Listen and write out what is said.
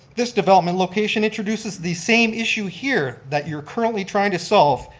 this development location introduces the same issue here that you're currently trying to solve.